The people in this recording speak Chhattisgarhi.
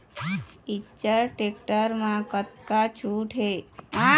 इच्चर टेक्टर म कतका छूट हे?